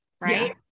Right